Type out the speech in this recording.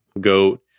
goat